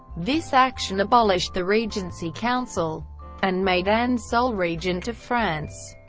this action abolished the regency council and made anne sole regent of france.